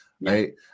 right